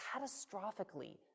catastrophically